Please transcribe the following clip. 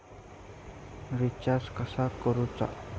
Recharge कसा करूचा?